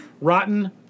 Rotten